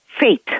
faith